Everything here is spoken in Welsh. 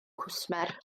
cwsmer